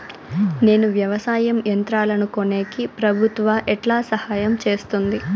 నేను వ్యవసాయం యంత్రాలను కొనేకి ప్రభుత్వ ఎట్లా సహాయం చేస్తుంది?